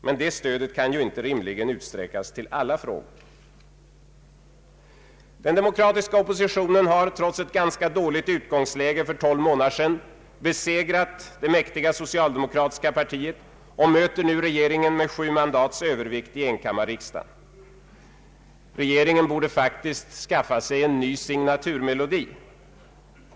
Men detta stöd kan ju inte rimligen utsträckas till alla frågor. Den demokratiska oppositionen har trots ett ganska dåligt utgångsläge för tolv månader sedan besegrat det mäktiga socialdemokratiska partiet och möter nu regeringen med sju mandats övervikt i enkammarriksdagen. Regeringen borde faktiskt skaffa sig en ny signaturmelodi.